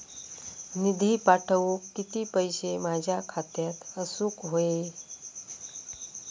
निधी पाठवुक किती पैशे माझ्या खात्यात असुक व्हाये?